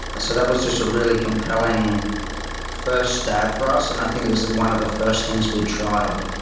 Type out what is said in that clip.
so that was just a really compelling first stab for us, and i think it was one of the first things we tried.